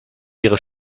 ihre